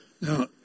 Now